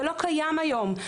זה לא קיים היום,